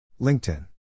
LinkedIn